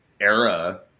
era